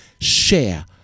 share